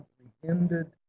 comprehended